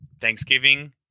Thanksgiving